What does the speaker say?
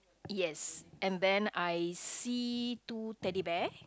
yes and then I see two Teddy Bear